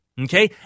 Okay